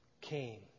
came